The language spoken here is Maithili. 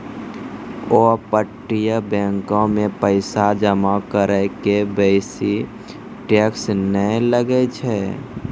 अपतटीय बैंको मे पैसा जमा करै के बेसी टैक्स नै लागै छै